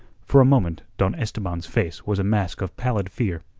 for a moment don esteban's face was a mask of pallid fear.